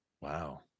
Wow